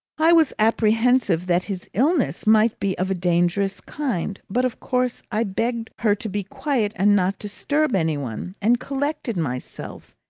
i was apprehensive that his illness might be of a dangerous kind, but of course i begged her to be quiet and not disturb any one and collected myself,